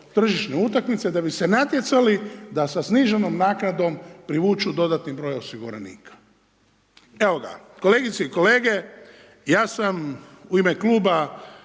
tržišne utakmice da bi se natjecali da sa sniženom naknadom privuku dodatni broj osiguranika. Evo ga, kolegice i kolege, ja sam u ime kluba